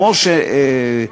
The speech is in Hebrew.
לא,